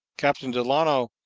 captain delano,